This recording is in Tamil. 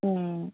ம்